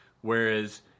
Whereas